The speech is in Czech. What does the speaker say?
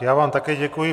Já vám také děkuji.